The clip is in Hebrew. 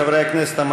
חברי הכנסת,